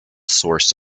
source